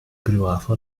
privato